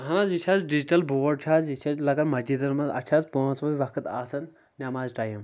اہن حظ یہِ چھِ حظ ڈجٹل بورڈ چھِ حظ یہِ چھ حظ لگان مسجدن منٛز اتھ چھِ حظ پانٛژوے وقت آسان نٮ۪ماز ٹایِم